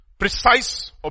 precise